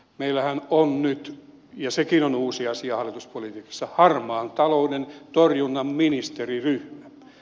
meillähän on nyt ja sekin on uusi asia hallituspolitiikassa harmaan talouden torjunnan ministeriryhmä